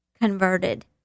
converted